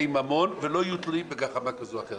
מימון ולא יהיו תלויים בגחמה כזו או אחרת,